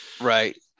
Right